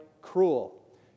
cruel